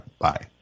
bye